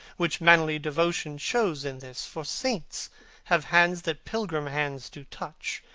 which mannerly devotion shows in this for saints have hands that pilgrims' hands do touch,